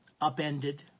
upended